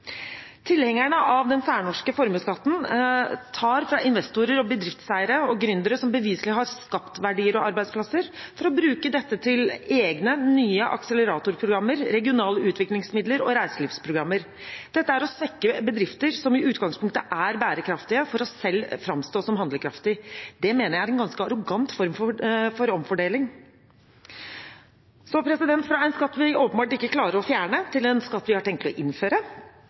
Tilhengerne av den særnorske formuesskatten tar fra investorer, bedriftseiere og gründere som beviselig har skapt verdier og arbeidsplasser, for å bruke dette til egne nye akseleratorprogrammer, regionale utviklingsmidler og reiselivsprogrammer. Dette er å svekke bedrifter som i utgangspunktet er bærekraftige, for selv å framstå som handlekraftig. Det mener jeg er en ganske arrogant form for omfordeling. Fra en skatt vi åpenbart ikke klarer å fjerne, til en skatt vi har tenkt å innføre: